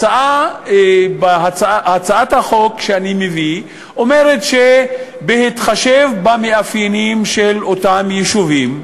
הצעת החוק שאני מביא אומרת שבהתחשב במאפיינים של אותם יישובים,